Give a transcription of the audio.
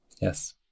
Yes